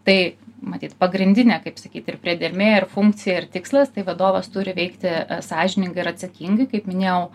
tai matyt pagrindinė kaip sakyt ir priedermė ir funkcija ir tikslas tai vadovas turi veikti sąžiningai ir atsakingai kaip minėjau